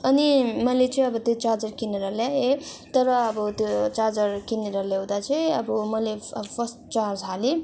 अनि मैले चाहिँ अब त्यो चार्जर किनेर ल्याएँ तर अब त्यो चार्जर किनेर ल्याउँदा चाहिँ अब मैले फर्स्ट चार्ज हालेँ